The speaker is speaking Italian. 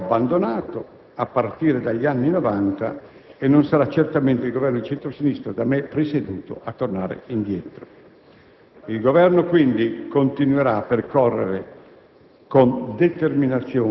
Questo modello il Paese lo ha abbandonato a partire dagli anni Novanta e non sarà certamente il Governo di centro-sinistra, da me presieduto, a tornare indietro. Il Governo, quindi, continuerà a percorrere,